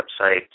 website